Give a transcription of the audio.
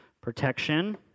Protection